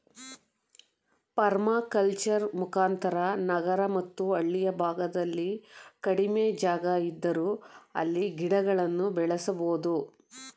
permaculture ಮುಖಾಂತರ ನಗರ ಮತ್ತು ಹಳ್ಳಿಯ ಭಾಗದಲ್ಲಿ ಕಡಿಮೆ ಜಾಗ ಇದ್ದರೂ ಅಲ್ಲಿ ಗಿಡಗಳನ್ನು ಬೆಳೆಸಬೋದು